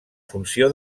funció